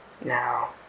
now